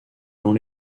dans